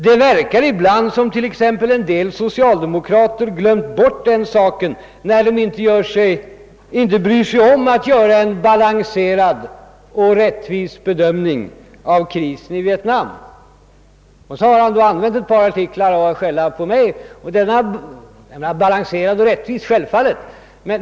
——— Det verkar ibland som om t.ex. en del socialdemokrater glömt bort den saken när de inte bryr sig om att göra en balanserad och rättvis bedömning av krisen i Vietnam.» Herr Wedén använde några artiklar detta år för att skälla på mig; självfallet var han »balanserad och rättvis».